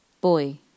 Boy